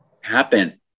happen